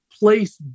place